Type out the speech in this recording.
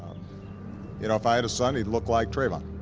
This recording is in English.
you know i had a son, he'd look like trayvon.